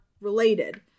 related